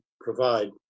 provide